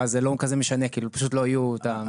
ואז זה לא כזה שמנה כי פשוט לא יהיו את המזגנים.